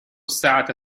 الساعة